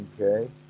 okay